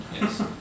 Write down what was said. yes